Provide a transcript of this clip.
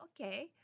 okay